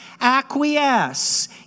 acquiesce